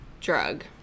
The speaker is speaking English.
drug